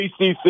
ACC